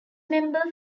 member